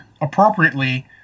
appropriately